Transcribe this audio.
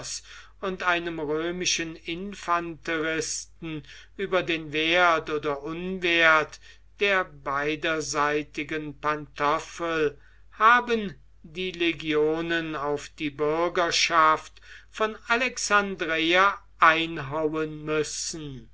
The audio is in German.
und einem römischen infanteristen über den wert oder unwert der beiderseitigen pantoffel haben die legionen auf die bürgerschaft von alexandreia einhauen müssen